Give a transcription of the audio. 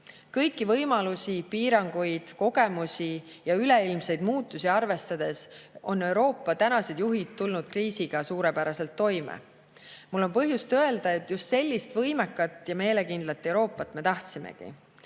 Kõiki võimalusi, piiranguid, kogemusi ja üleilmseid muutusi arvestades on Euroopa praegused juhid tulnud kriisiga suurepäraselt toime. Mul on põhjust öelda, et just sellist võimekat ja meelekindlat Euroopat me tahtsimegi.